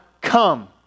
come